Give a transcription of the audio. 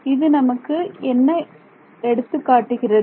இது நமக்கு என்ன எடுத்துக் காட்டுகிறது